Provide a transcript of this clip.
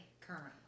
Currently